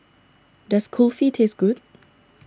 does Kulfi taste good